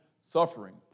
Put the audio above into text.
suffering